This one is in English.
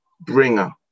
bringer